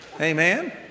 Amen